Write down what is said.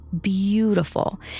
beautiful